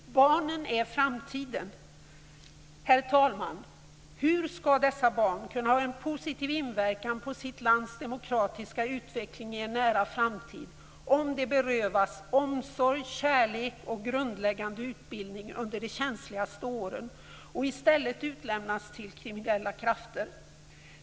Barnen är framtiden. Herr talman! Hur skall dessa barn kunna ha en positiv inverkan på sitt lands demokratiska utveckling i en nära framtid om de berövats omsorg, kärlek och grundläggande utbildning under de känsligaste åren och i stället utlämnats till kriminella krafter?